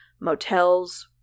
motels